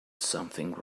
something